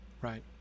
right